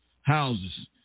houses